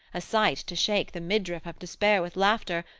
a sight to shake the midriff of despair with laughter,